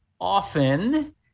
often